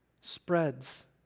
spreads